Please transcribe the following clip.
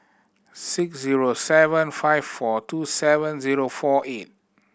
six zero seven five four two seven zero four eight